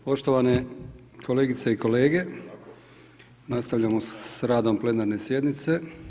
Poštovane kolegice i kolege nastavljamo sa radom plenarne sjednice.